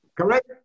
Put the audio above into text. correct